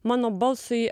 mano balsui a